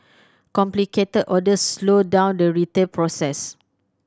complicated orders slowed down the retail process